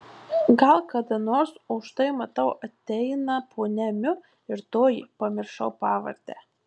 gal kada nors o štai matau ateina ponia miu ir toji pamiršau pavardę